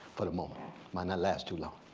for moment. it might last too long.